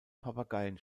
papageien